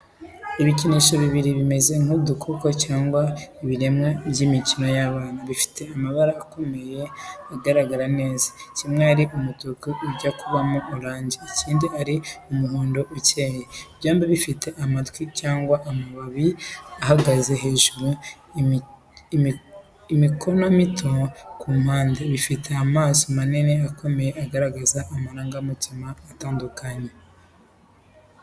Ibikinisho bibiri bimeze nk’udukoko cyangwa ibiremwa by’imikino y’abana, bifite amabara akomeye agaragara neza, kimwe ari umutuku ujya kubamo oranje, ikindi ari umuhondo ukeye. Byombi bifite amatwi cyangwa amababi ahagaze hejuru n’imikono mito ku mpande. Bifite amaso manini akomeye agaragaza amarangamutima atandukanye.